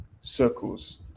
circles